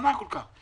הנאמנה כל כך,